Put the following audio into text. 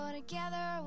together